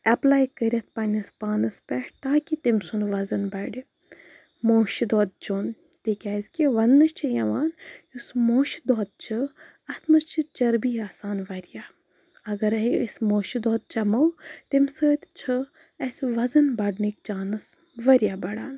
apply کٔرِتھ پنٛنِس پانَس پٮ۪ٹھ تاکہِ تٔمۍ سُنٛد وَزَن بَڑِ موشہٕ دۄد چیوٚن تِکیٛازِکہِ ونٛنہٕ چھِ یِوان یُس موشہٕ دۄد چھُ اَتھ منٛز چھِ چَربی آسان واریاہ اَگَرَے أسۍ موشہٕ دۄد چَمو تیٚمۍ سۭتۍ چھُ اَسہِ وَزَن بَڑنٕکۍ چانٕس واریاہ بَڑان